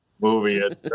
movie